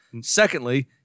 Secondly